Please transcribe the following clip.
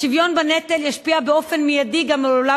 השוויון בנטל ישפיע באופן מיידי גם על עולם